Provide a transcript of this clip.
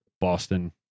Boston